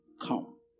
come